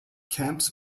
camps